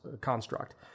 construct